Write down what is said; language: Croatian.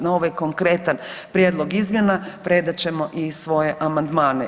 Na ovaj konkretan prijedlog izmjena predat ćemo i svoje amandmane.